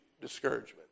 discouragement